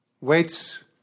waits